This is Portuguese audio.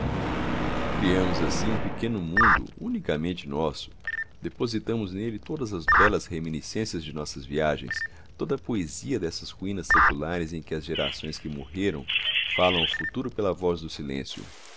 criamos assim um pequeno mundo unicamente nosso depositamos nele todas as belas reminiscências de nossas viagens toda a poesia dessas ruínas seculares em que as gerações que morreram falam ao futuro pela voz do silêncio